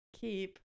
keep